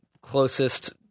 closest